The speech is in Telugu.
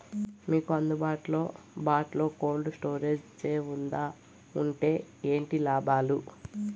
మీకు అందుబాటులో బాటులో కోల్డ్ స్టోరేజ్ జే వుందా వుంటే ఏంటి లాభాలు?